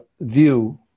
view